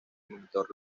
monitor